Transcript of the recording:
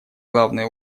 главные